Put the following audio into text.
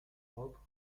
propre